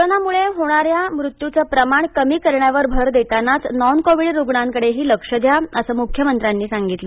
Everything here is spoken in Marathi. कोरोनामुळे होणाऱ्या मृत्यूचे प्रमाण कमी करण्यावर भर देतानाच नॉन कोविड रुग्णांकडेही लक्ष द्या असं मुख्यमंत्र्यांनी सांगितलं